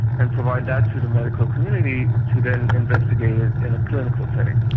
and provide that to the medical community to then investigate it in a clinical setting.